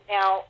Now